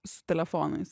su telefonais